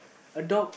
a dog